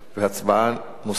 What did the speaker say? והצבעה נוספת,